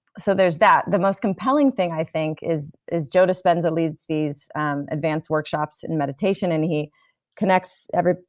so there's that. the most compelling thing i think is is joe dispenza leads these advance workshops in meditation and he connect every.